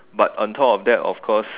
but on top of that of course